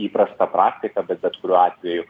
įprasta praktika bet bet kuriuo atveju